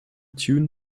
tune